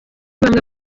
bamwe